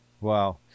wow